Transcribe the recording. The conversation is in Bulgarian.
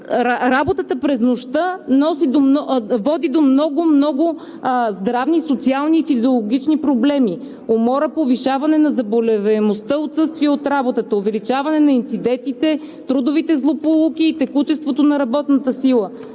Работата през нощта води до много, много здравни, социални и физиологични проблеми: умора, повишаване на заболеваемостта, отсъствие от работа, увеличаване на инцидентите, трудовите злополуки и текучеството на работната сила,